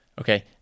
okay